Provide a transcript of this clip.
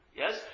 yes